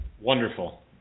Wonderful